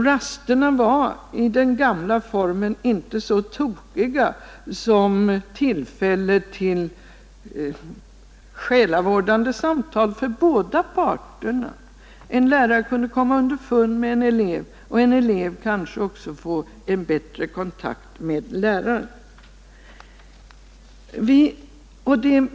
Rasterna i den gamla formen var inte så tokiga som tillfälle till själavårdande samtal för båda parterna. En lärare kunde komma underfund med en elev och en elev kanske också kunde få en bättre kontakt med läraren.